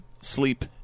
sleep